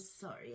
sorry